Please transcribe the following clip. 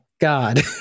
God